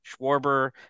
Schwarber